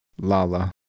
Lala